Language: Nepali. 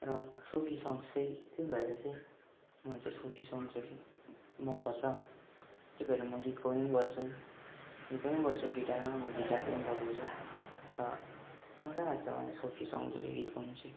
र सुफी सङ्ग्स चाहिँ त्यही भएर चाहिँ म चाहिँ सुफी सङ्ग्सहरू मन पर्छ त्यही भएर म गीत गाउने पनि गर्छु गीत पनि गर्छु गिटारमा गिटार पनि बजाउँछु मजा लाग्छ मलाई सुफी सङ्ग्सहरू गीत गाउनु चाहिँ